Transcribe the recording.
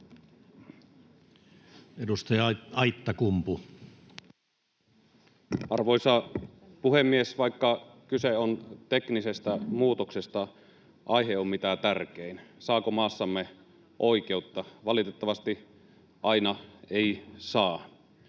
14:06 Content: Arvoisa puhemies! Vaikka kyse on teknisestä muutoksesta, aihe on mitä tärkein: Saako maassamme oikeutta? Valitettavasti aina ei saa.